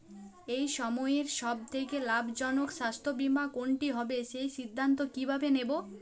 এই সময়ের সব থেকে লাভজনক স্বাস্থ্য বীমা কোনটি হবে সেই সিদ্ধান্ত কীভাবে নেব?